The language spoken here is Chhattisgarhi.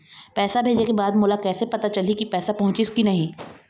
पैसा भेजे के बाद मोला कैसे पता चलही की पैसा पहुंचिस कि नहीं?